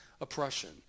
oppression